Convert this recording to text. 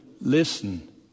listen